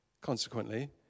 consequently